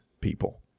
people